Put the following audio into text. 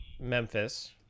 memphis